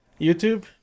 YouTube